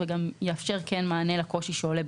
וגם יאפשר מענה לקושי שעולה בפועל.